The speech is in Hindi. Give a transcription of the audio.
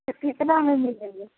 तो कितना में मिलेंगे